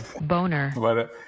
Boner